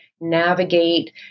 navigate